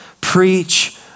preach